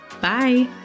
bye